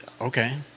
okay